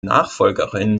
nachfolgerin